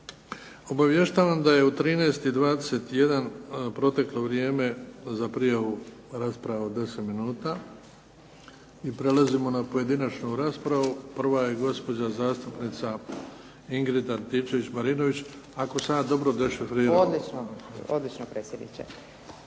Obavještavam da je u 13,21 proteklo vrijeme za prijavu rasprave od 10 minuta i prelazimo na pojedinačnu raspravu. Prva je gospođa zastupnica Ingrid Antičević Marinović ako sam je dobro dešifrirao. **Antičević